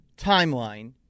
timeline